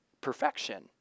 perfection